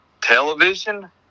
television